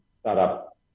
startup